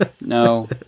No